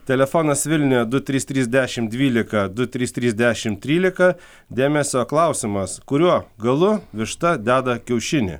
telefonas vilniuje du trys trys dešim dvylika du trys trys dešim trylika dėmesio klausimas kuriuo galu višta deda kiaušinį